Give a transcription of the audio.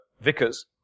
Vickers